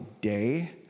day